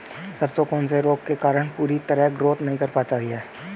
सरसों कौन से रोग के कारण पूरी तरह ग्रोथ नहीं कर पाती है?